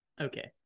Okay